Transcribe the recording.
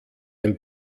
ein